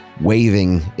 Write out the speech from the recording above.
waving